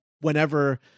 whenever